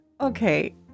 okay